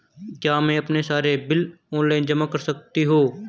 क्या मैं अपने सारे बिल ऑनलाइन जमा कर सकती हूँ?